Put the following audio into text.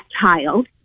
child